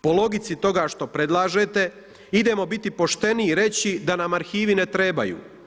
Po logici toga što predlažete idemo biti pošteni i reći da nam arhivi ne trebaju.